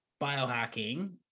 biohacking